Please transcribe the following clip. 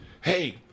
hey